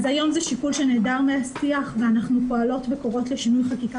אז היום זה שיקול שנעדר מהשיח ואנחנו פועלות וקוראות לשינוי חקיקה